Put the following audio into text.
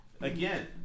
again